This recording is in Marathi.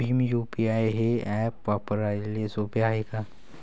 भीम यू.पी.आय हे ॲप वापराले सोपे हाय का?